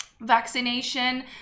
Vaccination